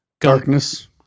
Darkness